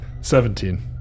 Seventeen